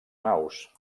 naus